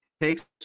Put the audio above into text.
takes